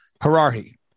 Harari